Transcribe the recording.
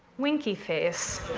winky face.